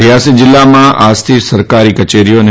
રીયાસી જિલ્લામાં આજથી સરકારી કયેરીઓ અને